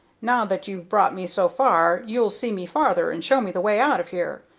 now that you've brought me so far you'll see me farther and show me the way out of here.